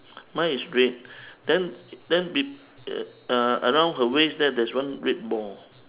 mine is red then then be uh around her waist there there's one red ball